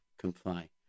comply